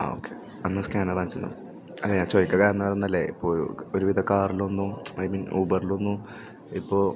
ആ ഓക്കേ എന്നാൽ സ്കാനർ കാണിച്ച് താ ഞാൻ ചോദിക്കാൻ കാരണം വേറൊന്നുമല്ല ഇപ്പോൾ ഒരു വിധ കറിലൊന്നും ഐ മീൻ ഊബറിലൊന്നും ഇപ്പോൾ